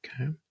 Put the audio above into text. okay